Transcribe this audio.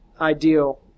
ideal